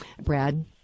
Brad